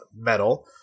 Metal